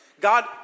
God